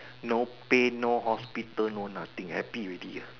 no pain no hospital no nothing happy already